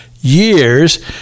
years